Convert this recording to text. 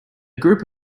group